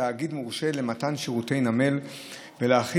כתאגיד מורשה למתן שירותי נמל וכדי להחיל